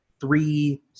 three